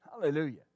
Hallelujah